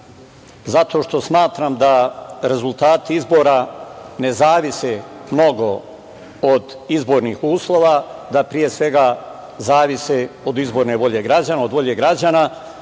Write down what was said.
zato što smatram da rezultati izbora ne zavise mnogo od izbornih uslova, da pre svega zavise od izborne volje građana, a svakome je jasno